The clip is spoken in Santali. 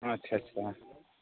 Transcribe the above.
ᱟᱪᱪᱷᱟ ᱟᱪᱪᱷᱟ